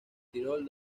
tirol